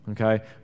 okay